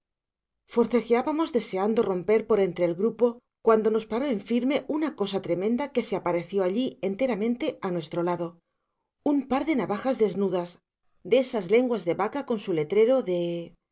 forcejeábamos deseando romper por entre el grupo cuando nos paró en firme una cosa tremenda que se apareció allí enteramente a nuestro lado un par de navajas desnudas de esas lenguas de vaca con su letrero de